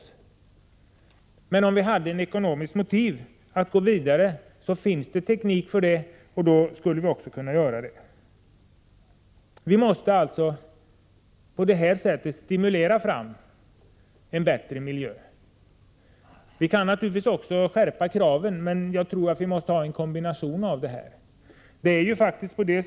Om det däremot fanns ett ekonomiskt motiv för att gå vidare när det gäller att minska utsläppen skulle företaget enligt denna chef göra det, eftersom det finns teknik för det. Man måste alltså stimulera fram en bättre miljö. Man kan naturligtvis även skärpa kraven, men jag tror att det måste vara en kombination mellan dessa två saker.